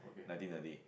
nineteen a day